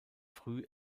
früh